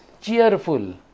cheerful